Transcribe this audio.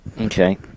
Okay